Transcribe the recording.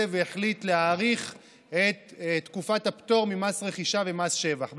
והחליט להאריך את תקופת הפטור ממס רכישה ומס שבח.